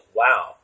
wow